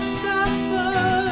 suffer